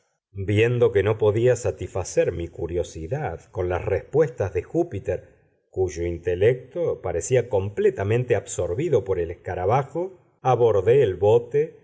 viendo que no podía satisfacer mi curiosidad con las respuestas de júpiter cuyo intelecto parecía completamente absorbido por el escarabajo abordé el bote